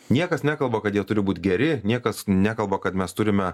niekas nekalba kad jie turi būt geri niekas nekalba kad mes turime